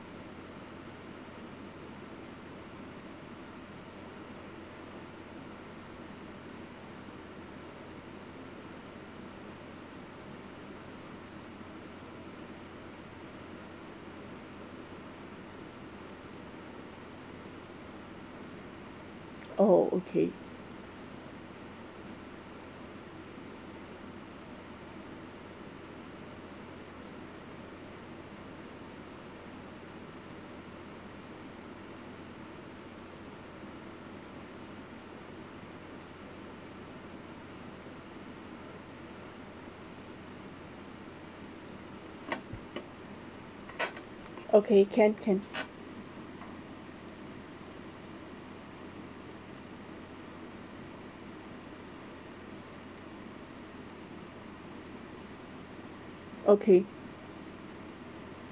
oh okay okay can can okay